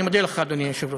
אני מודה לך, אדוני היושב-ראש.